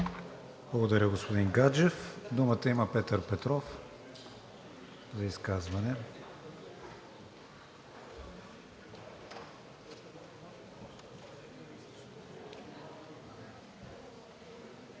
Благодаря, господин Гаджев. Думата има Петър Петров – за изказване. ПЕТЪР